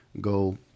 go